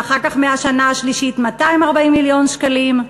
ואחר כך מהשנה השלישית 240 מיליון שקלים.